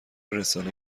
رسانه